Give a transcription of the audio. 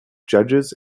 judges